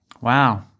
Wow